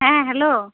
হ্যাঁ হ্যালো